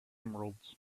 emeralds